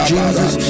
Jesus